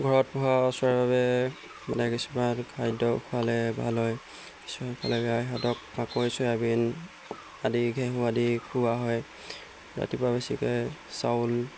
ঘৰত পোহা চৰাইৰ বাবে মানে কিছুমান খাদ্য খোৱালে ভাল হয় কিছুমান খোৱালে বেয়া সিহঁতক মাকৈ চয়াবিন আদি ঘেঁহু আদি খোওৱা হয় ৰাতিপুৱা বেছিকৈ চাউল